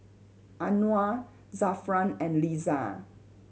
Anuar Zafran and Lisa